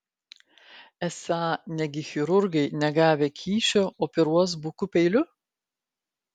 esą negi chirurgai negavę kyšio operuos buku peiliu